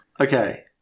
Okay